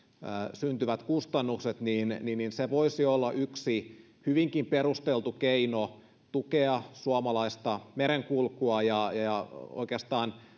syntyvät kustannukset niin niiden poistaminen voisi olla yksi hyvinkin perusteltu keino tukea suomalaista merenkulkua oikeastaan